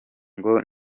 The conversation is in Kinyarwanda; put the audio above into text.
ngo